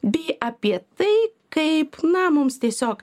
bei apie tai kaip na mums tiesiog